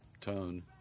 tone